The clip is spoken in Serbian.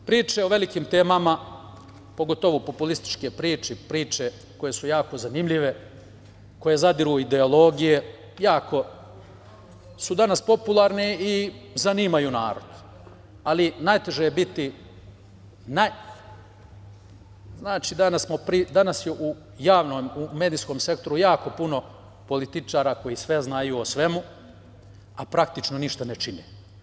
Priče o velikim temama, pogotovo populističke priče, priče koje su jako zanimljive, koje zadiru u ideologije jako su danas popularne i zanimaju narod, ali najteže je biti, danas je u medijskom sektoru jako puno političara koji sve znaju o svemu, a praktično ništa ne čine.